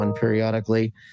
periodically